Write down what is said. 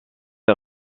est